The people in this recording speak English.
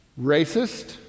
Racist